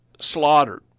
slaughtered